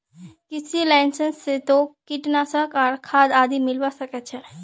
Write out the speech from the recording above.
कृषि लाइसेंस स तोक कीटनाशक आर खाद आदि मिलवा सख छोक